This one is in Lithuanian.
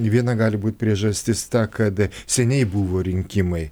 viena gali būt priežastis ta kad seniai buvo rinkimai